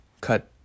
cut